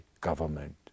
government